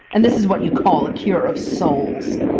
and this is what you call a cure of souls!